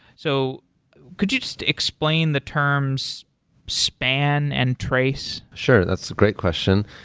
so could you just explain the terms span and trace? sure. that's a great question.